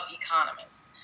economists